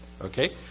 Okay